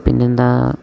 പിന്നെന്താ